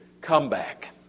comeback